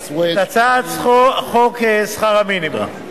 את הצעת חוק שכר מינימום (העלאת סכומי שכר מינימום,